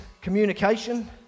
communication